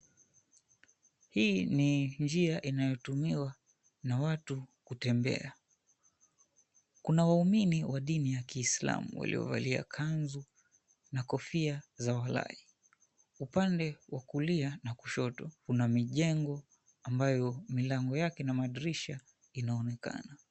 Hii ni njia inayotumiwa na watu kutembea. Kuna waumini wa dini ya Kiislamu waliovalia kanzu na kofia za walai. Upande wa kulia na kushoto, kuna mijengo ambayo milango yake na madirisha inaonekana.